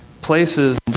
places